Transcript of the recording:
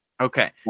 Okay